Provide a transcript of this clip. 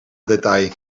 detail